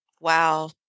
Wow